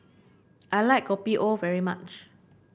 I like Kopi O very much